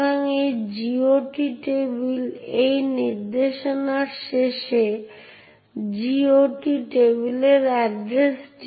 তাই উদাহরণস্বরূপ একবার আপনার ওপেন সিস্টেম কল সফলভাবে সেই ফাইলটি তৈরি বা খুললে এবং আপনি সেই নির্দিষ্ট ফাইলের জন্য ফাইল ডেস্ক্রিপ্টর পেয়ে গেলে তার পরে কোনও বিশেষ পরীক্ষা করা হয় না